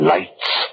Lights